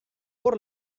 por